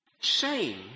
Shame